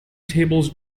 tables